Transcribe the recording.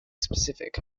specific